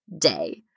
day